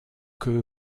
queue